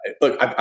look